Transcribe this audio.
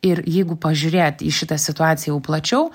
ir jeigu pažiūrėt į šitą situaciją jau plačiau